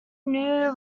new